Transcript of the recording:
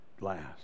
last